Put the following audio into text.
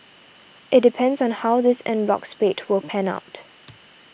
it depends on how this en bloc spate will pan out